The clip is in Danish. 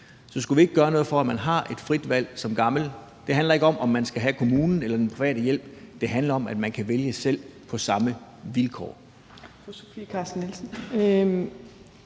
Så skulle vi ikke gøre noget for, at man får et frit valg som gammel? Det handler ikke om, om man skal have kommunens hjælp eller den private hjælp, det handler om, at man kan vælge selv, og at det sker